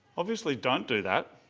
obviously don't do that.